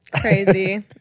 Crazy